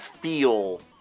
feel